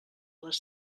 les